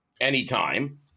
anytime